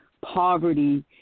poverty